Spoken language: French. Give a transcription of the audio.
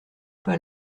pas